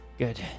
good